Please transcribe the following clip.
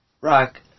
rock